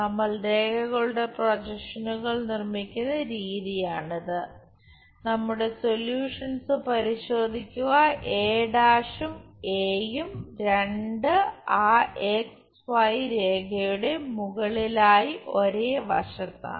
നമ്മൾ രേഖകളുടെ പ്രൊജക്ഷനുകൾ നിർമ്മിക്കുന്ന രീതിയാണിത് നമ്മുടെ സൊല്യൂഷൻസ് പരിശോധിക്കുക a' ഉം യും രണ്ടും ആ രേഖയുടെ മുകളിലായി ഒരേ വശത്താണ്